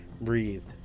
breathed